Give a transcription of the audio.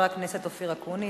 חבר הכנסת אופיר אקוניס,